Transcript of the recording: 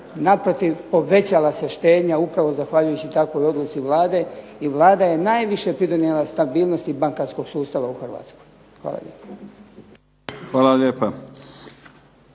Naprotiv, povećala se štednja upravo zahvaljujući takvoj odluci Vlade i Vlada je najviše pridonijela stabilnosti bankarskog sustava u Hrvatskoj. Hvala lijepo.